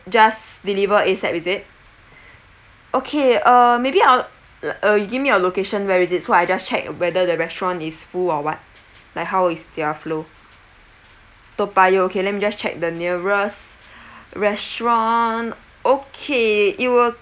just deliver ASAP is it okay uh maybe I'll l~ uh you give me your location where is it so I just check whether the restaurant is full or what like how is their flow toa payoh okay let me just check the nearest restaurant okay it will